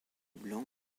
blanc